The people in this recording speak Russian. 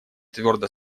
твердо